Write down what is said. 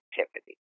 activity